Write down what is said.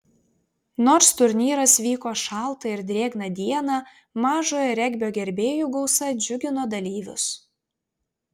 nors turnyras vyko šaltą ir drėgną dieną mažojo regbio gerbėjų gausa džiugino dalyvius